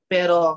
Pero